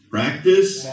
Practice